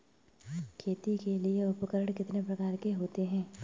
खेती के लिए उपकरण कितने प्रकार के होते हैं?